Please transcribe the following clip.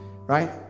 right